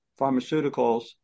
pharmaceuticals